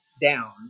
down